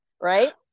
right